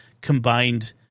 combined